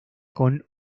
con